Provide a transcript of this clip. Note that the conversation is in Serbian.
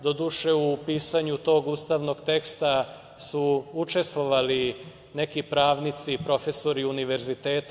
Doduše, u pisanju tog ustavnog teksta su učestvovali neki pravnici, profesori univerziteta.